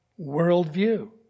worldview